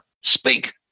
Speak